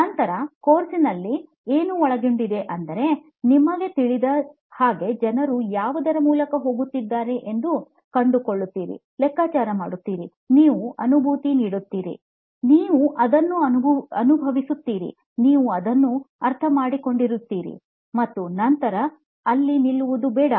ನಂತರ ಕೋರ್ಸ್ನಲ್ಲಿ ಏನು ಒಳಗೊಂಡಿದೆ ಅಂದರೆ ನಿಮಗೆ ತಿಳಿದ ಹಾಗೆ ಜನರು ಯಾವುದರ ಮೂಲಕ ಹೋಗುತ್ತಿದ್ದಾರೆ ನೀವು ಕಂಡುಕೊಳ್ಳುತ್ತೀರಿ ಲೆಕ್ಕಾಚಾರ ಮಾಡುತ್ತೀರಿ ನೀವು ಅನುಭೂತಿ ನೀಡುತ್ತೀರಿ ನೀವು ಅದನ್ನು ಅನುಭವಿಸುತ್ತೀರಿ ನೀವು ಅದನ್ನು ಅರ್ಥಮಾಡಿಕೊಂಡಿದ್ದೀರಿ ಮತ್ತು ನಂತರ ಅಲ್ಲಿ ನಿಲ್ಲುವುದು ಬೇಡ